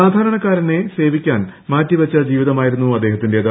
സാധാരണക്കാരനെ സേവിക്കാൻ മാറ്റിവെച്ച ജീവിതമായിരുന്നു അദ്ദേഹത്തിന്റേത്